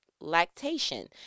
lactation